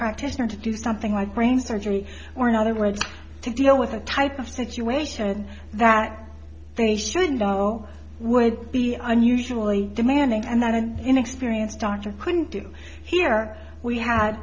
practitioner to do something like brain surgery or in other words to deal with a type of situation that they should know would be unusually demanding and that an inexperienced doctor couldn't do here we